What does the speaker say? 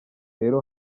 rero